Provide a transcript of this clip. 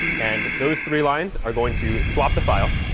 and those three lines are going to swap the file.